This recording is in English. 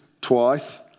twice